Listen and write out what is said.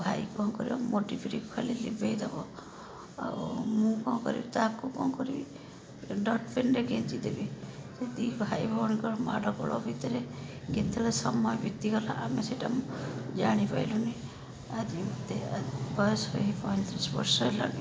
ମୋ ଭାଇ କ'ଣ କରିବ ମୋ ଡିବିରିକୁ ଖାଲି ଲିଭାଇଦେବ ଆଉ ମୁଁ କ'ଣ କରିବି ତାକୁ କ'ଣ କରିବି ଡଟ୍ ପେନ୍ରେ ଗେଞ୍ଜି ଦେବି ଦୁଇ ଭାଇଭଉଣୀଙ୍କର ମାଡ଼ଗୋଳ ଭିତରେ କେତେବେଳେ ସମୟ ବିତିଗଲା ଆମେ ସେଇଟା ଜାଣିପାଇଲୁ ନେଇ ଆଜି ମୋତେ ବୟସ ହେଇ ପଇଁତିରିଶି ବର୍ଷ ହେଲାଣି